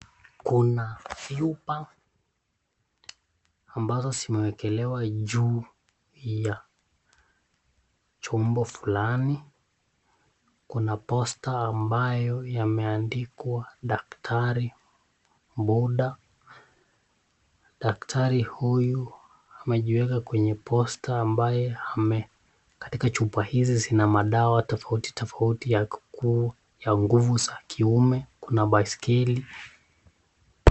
Kuna vyupa ambazo zimewekelewa juu ya chombo fulani, kuna posta ambayo yameandikwa daktari Boda. Daktari huyu amejiweka kwenye posta ambayo ame....katika chupa hizi zina madawa tofauti tofauti ya kukuu za nguvu za kiume na baiskeli..